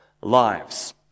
lives